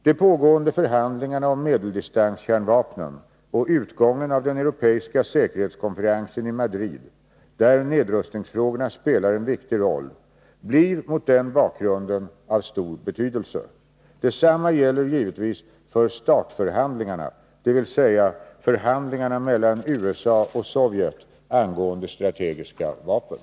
De pågående förhandlingarna om medeldistanskärnvapen och utgången av den europeiska säkerhetskonferensen i Madrid, där nedrustningsfrågorna spelar en viktig roll, blir mot den bakgrunden av stor betydelse. Detsamma gäller givetvis för START förhandlingarna, dvs. förhandlingarna mellan USA och Sovjet angående strategiska vapen.